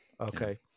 Okay